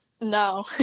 No